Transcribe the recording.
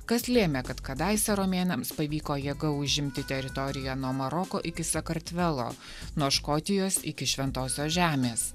kas lėmė kad kadaise romėnams pavyko jėga užimti teritoriją nuo maroko iki sakartvelo nuo škotijos iki šventosios žemės